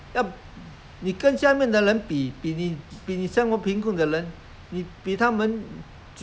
他他父母亲再有钱他们要什么就有办法得到什么